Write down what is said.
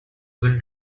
will